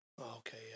okay